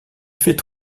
fait